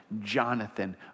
Jonathan